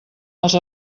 els